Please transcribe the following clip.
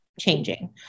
changing